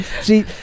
See